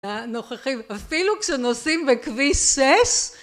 נוכחים. אפילו כשנוסעים בכביש שש